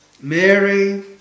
Mary